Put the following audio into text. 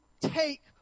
take